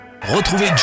Retrouvez